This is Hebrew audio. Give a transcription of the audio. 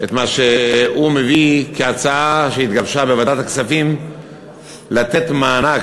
את מה שהוא מביא כהצעה שהתגבשה בוועדת הכספים לתת מענק